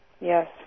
yes